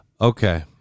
Okay